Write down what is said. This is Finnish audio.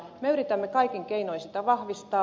me yritämme kaikin keinoin sitä vahvistaa